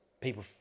people